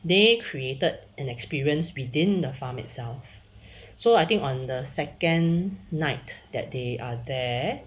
they created an experience within the farm itself so I think on the second night that they are there